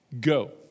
go